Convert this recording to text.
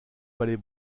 palais